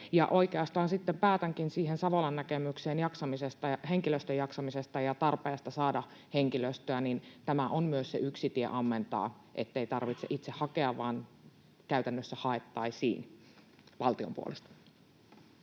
Oikeastaan sitten päätänkin Savolan näkemykseen henkilöstön jaksamisesta ja tarpeesta saada henkilöstöä: tämä on myös se yksi tie ammentaa, ettei tarvitse itse hakea, vaan käytännössä haettaisiin valtion puolesta.